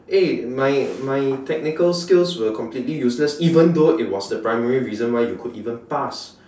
eh my my technical skills were completely useless even though it was the primary reason why you could even pass